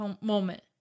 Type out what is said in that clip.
moment